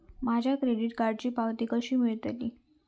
माझ्या क्रेडीट कार्डची पावती कशी मिळतली?